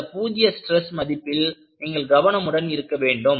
இந்த பூஜ்ஜிய ஸ்ட்ரெஸ் மதிப்பில் நீங்கள் கவனமுடன் இருக்க வேண்டும்